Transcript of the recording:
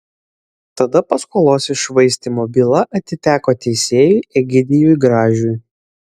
tada paskolos iššvaistymo byla atiteko teisėjui egidijui gražiui